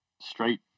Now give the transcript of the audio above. straight